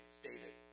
stated